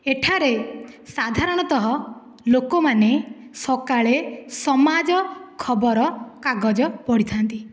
ଏଠାରେ ସାଧାରଣତଃ ଲୋକମାନେ ସକାଳେ ସମାଜ ଖବରକାଗଜ ପଢ଼ିଥାନ୍ତି